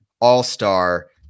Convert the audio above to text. all-star